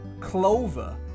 Clover